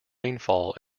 rainfall